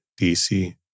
DC